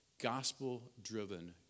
gospel-driven